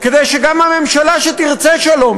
כדי שגם הממשלה שתרצה שלום,